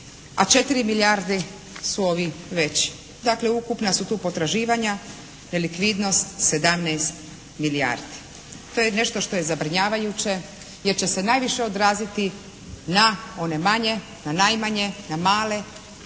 a 4 milijarde su ovi veći. Dakle ukupna su tu potraživanja. Nelikvidnost 17 milijardi. To je nešto što je zabrinjavajuće jer će se najviše odraziti na one manje, na najmanje, na male